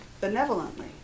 benevolently